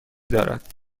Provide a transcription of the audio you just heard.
دارد